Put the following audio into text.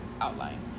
outline